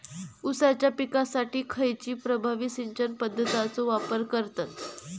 ऊसाच्या पिकासाठी खैयची प्रभावी सिंचन पद्धताचो वापर करतत?